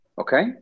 Okay